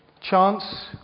Chance